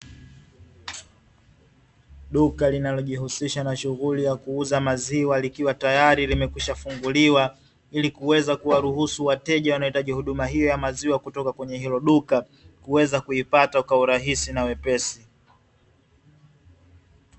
Duka linalojihusisha na shughuli ya kuuza maziwa likiwa tayari limekwisha funguliwa ili kuweza kuwaruhusu wateja wanaohitaji huduma hiyo ya maziwa kutoka kwenye hilo duka, kuweza kuipata kwa urahisi na wepesi.